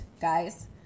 guys